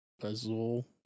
Puzzle